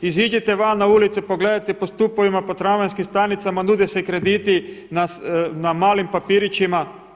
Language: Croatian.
Iziđite van na ulice, pogledajte po stupovima, po tramvajskim stanicama nude se i krediti na malim papirićima.